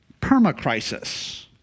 permacrisis